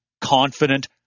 confident